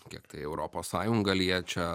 kiek tai europos sąjunga liečia